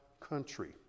country